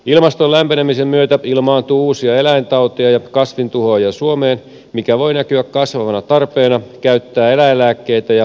ilmaston lämpenemisen myötä ilmaantuu uusia eläintauteja ja kasvintuhoajia suomeen mikä voi näkyä kasvavana tarpeena käyttää eläinlääkkeitä ja kasvinsuojeluaineita